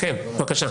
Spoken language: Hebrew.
בבקשה.